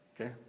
Okay